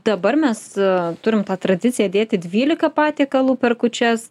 dabar mes turim tą tradiciją dėti dvylika patiekalų per kūčias